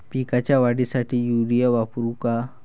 पिकाच्या वाढीसाठी युरिया वापरू का?